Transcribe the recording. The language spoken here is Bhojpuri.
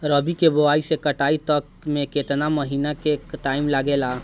रबी के बोआइ से कटाई तक मे केतना महिना के टाइम लागेला?